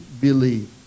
believe